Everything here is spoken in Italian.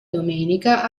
domenica